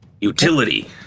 Utility